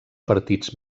partits